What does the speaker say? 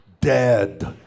dead